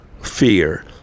fear